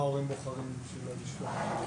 ההורים בוחרים לא לשלוח?